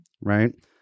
right